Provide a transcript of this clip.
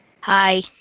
Hi